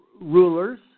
rulers